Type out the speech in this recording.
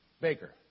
baker